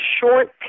short